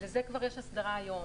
לזה כבר יש הסדרה היום.